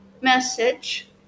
message